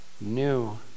New